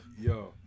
Yo